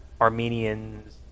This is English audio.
Armenians